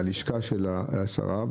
ללשכה של השרה.